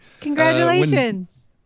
Congratulations